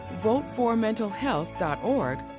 VoteForMentalHealth.org